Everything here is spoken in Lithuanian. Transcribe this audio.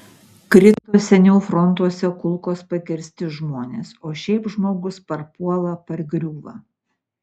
krito seniau frontuose kulkos pakirsti žmonės o šiaip žmogus parpuola pargriūva